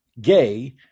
gay